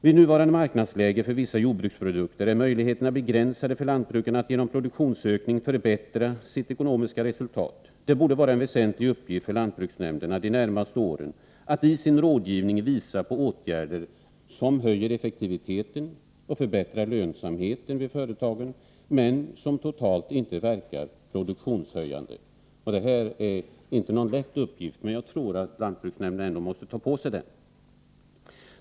Vid nuvarande marknadsläge för vissa jordbruksprodukter är möjligheterna begränsade för lantbrukarna att genom produktionsökning förbättra sitt ekonomiska resultat. Det borde vara en väsentlig uppgift för lantbruksnämnderna de närmaste åren att i sin rådgivning visa på åtgärder som höjer effektiviteten och förbättrar lönsamheten vid företagen men som totalt inte verkar produktionshöjande. Det här är inte någon lätt uppgift, men jag tror att lantbruksnämnderna ändå måste ta på sig den.